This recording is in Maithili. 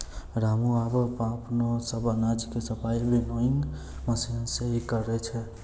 रामू आबॅ अपनो सब अनाज के सफाई विनोइंग मशीन सॅ हीं करै छै